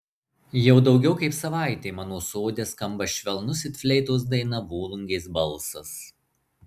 jau daugiau kaip savaitė mano sode skamba švelnus it fleitos daina volungės balsas